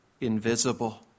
invisible